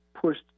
pushed